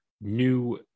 new